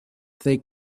they